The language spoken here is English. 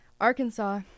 Arkansas